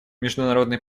международной